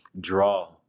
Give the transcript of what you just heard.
draw